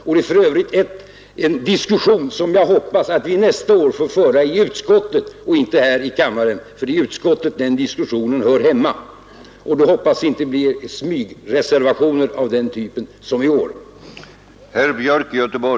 Det är för övrigt en diskussion som jag hoppas att vi nästa år får föra i utskottet och inte här i kammaren. Det är i utskottet den diskussionen hör hemma. Och då hoppas jag att det inte blir smygreservationer av samma slag som i år.